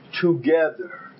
together